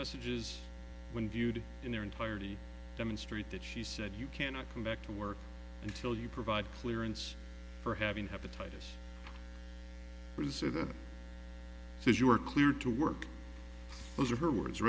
messages when viewed in their entirety demonstrate that she said you cannot go back to work until you provide clearance for having hepatitis or is it says you are cleared to work those are her words